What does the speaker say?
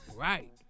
Right